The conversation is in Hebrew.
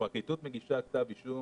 הפרקליטות מגישה כתב אישום,